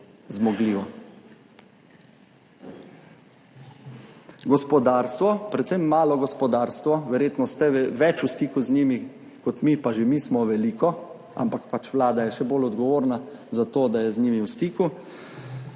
Gospodarstvo, predvsem malo gospodarstvo, verjetno ste več v stiku z njimi kot mi, pa že mi smo veliko, ampak vlada je pač še bolj odgovorna za to, da je z njimi v stiku,